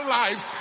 life